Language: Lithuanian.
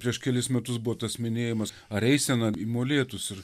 prieš kelis metus buvo tas minėjimas ar eisena į molėtus ir